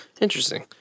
Interesting